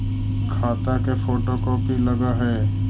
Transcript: खाता के photo copy लगहै?